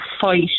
fight